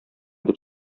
дип